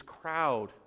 crowd